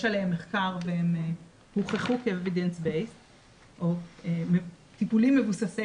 עליהם מחקר והם הוכחו כ- evidence based או טיפולים מבוססי